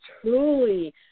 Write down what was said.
truly